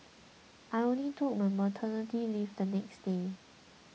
I only took my maternity leave the next day